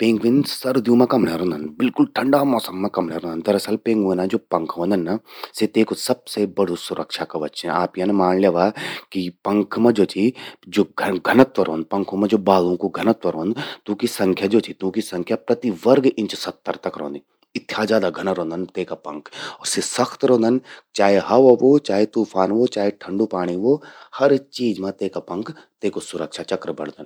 पेंग्विन सर्द्यूं मां कमण्ये रौंदन, बिल्कुल ठंडा मौसम मां कमण्ये रौंदन? दरअसल, पेंग्विनां ज्वो पंख व्हंदन ना, सि तेकु सबसे बड़ु सुरक्षा कवच छिन। आप यन माण ल्यवा कि पंख मां ज्वो चि ज्वो घनत्व रौंद, पंख मां ज्वो बालूं कु घनत्व रौंद, तूंकि संख्या ज्वो चि, तूंकि संख्या प्रति वर्ग इंच सत्तर रौंदि। इथ्या ज्यादा घना रौंदन तेका पंख। सि सख्त रौंदन। चाहे हवा ह्वो, चाहे तूफान ह्वो, चाहे ठंडु पाणी ह्वो। हर चीज मां तेका पंख तेकु सुरक्षा चक्र बणदन।